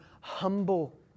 humble